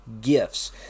gifts